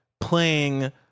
playing